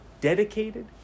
dedicated